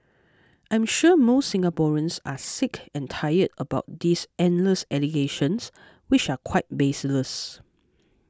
I am sure most Singaporeans are sick and tired about these endless allegations which are quite baseless